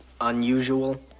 unusual